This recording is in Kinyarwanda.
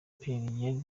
pierre